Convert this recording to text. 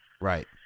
Right